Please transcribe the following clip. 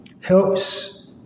helps